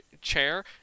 chair